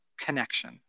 connection